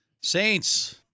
Saints